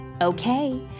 Okay